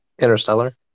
Interstellar